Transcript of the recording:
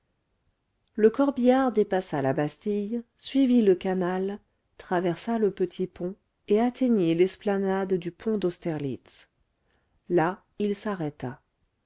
le corbillard dépassa la bastille suivit le canal traversa le petit pont et atteignit l'esplanade du pont d'austerlitz là il s'arrêta